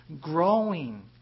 growing